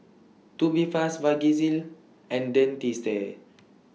Tubifast Vagisil and Dentiste